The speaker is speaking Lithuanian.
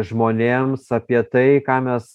žmonėms apie tai ką mes